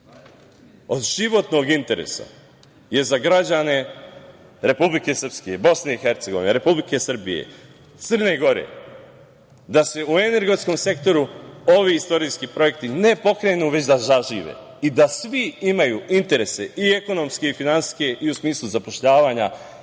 Od životnog interesa je za građane Republike Srpske i Bosne i Hercegovine, Republike Srbije, Crne Gore da se u energetskom sektoru ovi istorijski projekti ne pokrenu, već da zažive i da svi imaju interese i ekonomske i finansijske i u smislu zapošljavanja